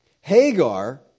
Hagar